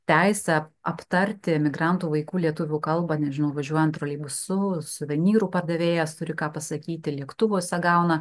teisę aptarti emigrantų vaikų lietuvių kalbą nežinau važiuojant troleibusu suvenyrų pardavėjas turi ką pasakyti lėktuvuose gauna